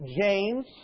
James